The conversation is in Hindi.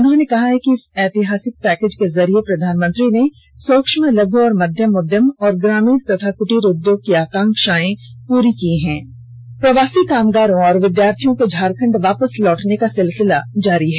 उन्होंने कहा कि इस ऐतिहासिक पैकेज के जरिए प्रधानमंत्री ने सूक्ष्म लघु और मध्य उद्यम तथा ग्रामीण और कुटीर उद्योग की आकांक्षाएं पूरी की प्रवासी कामगारों और विद्यार्थियों के झारखंड वापस लौटने का सिलसिला जारी है